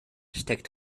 steckt